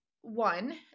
One